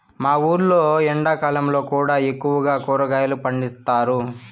మా ఊర్లో ఎండాకాలంలో కూడా ఎక్కువగా కూరగాయలు పండిస్తారు